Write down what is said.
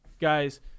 Guys